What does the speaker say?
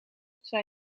zij